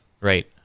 right